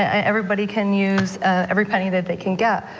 everybody can use every penny that they can get,